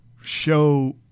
show